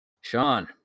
Sean